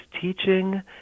teaching